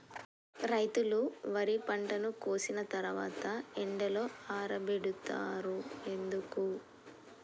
రైతులు వరి పంటను కోసిన తర్వాత ఎండలో ఆరబెడుతరు ఎందుకు?